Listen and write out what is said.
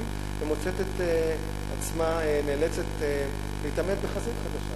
ומוצאת את עצמה נאלצת להתעמת בחזית חדשה,